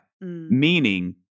Meaning